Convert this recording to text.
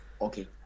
okay